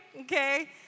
Okay